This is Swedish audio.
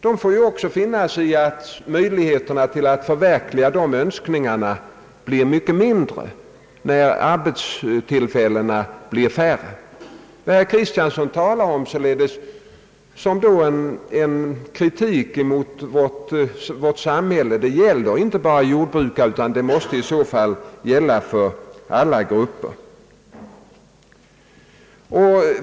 De får ju också finna sig i att möjligheterna att förverkliga dessa önskningar blir mycket mindre när arbetstillfällena blir färre. Herr Kristiansson borde således låta sin kritik få en bredare bakgrund. Svårigheterna gäller inte bara jordbrukare, utan de måste i så fall gälla för några andra grupper.